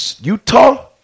Utah